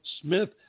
Smith